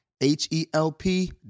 H-E-L-P